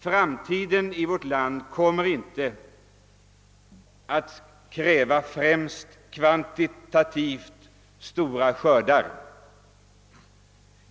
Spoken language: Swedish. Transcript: Framtiden kommer inte i vårt land att kräva främst kvantitativt stora skördar.